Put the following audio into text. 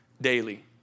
daily